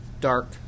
dark